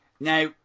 now